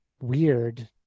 weird